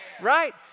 right